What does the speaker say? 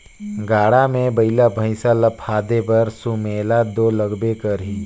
गाड़ा मे बइला भइसा ल फादे बर सुमेला दो लागबे करही